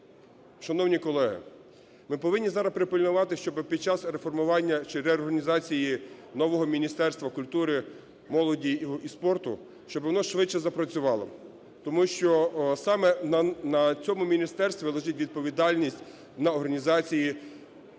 шановні колеги, ми повинні зараз пильнувати, щоби під час реформування чи реорганізації нового Міністерства культури, молоді і спорту, щоб воно швидше запрацювало, тому що саме на цьому міністерстві лежить відповідальність на організації підготовки